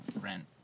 rent